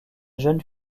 jeune